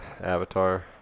Avatar